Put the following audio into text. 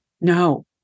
no